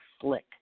slick